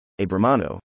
Abramano